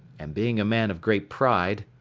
and, being a man of great pride,